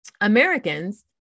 Americans